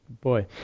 boy